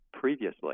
previously